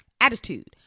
attitude